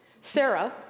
Sarah